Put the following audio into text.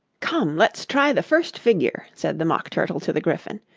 come, let's try the first figure said the mock turtle to the gryphon.